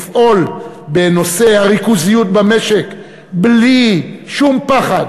לפעול בנושא הריכוזיות במשק בלי שום פחד